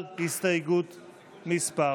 על הסתייגות מס'